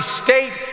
state